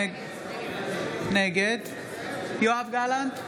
נגד יואב גלנט,